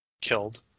killed